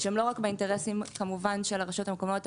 שהן לא רק באינטרסים כמובן של הרשויות המקומיות,